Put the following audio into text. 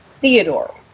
Theodore